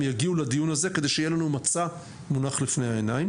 יגיעו לדיון הזה כדי שיהיה לנו מצע מונח בפני העיניים.